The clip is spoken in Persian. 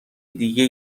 دیگه